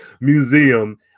Museum